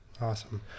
Awesome